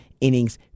innings